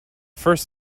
first